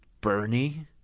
Bernie